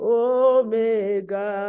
omega